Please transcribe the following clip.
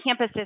campuses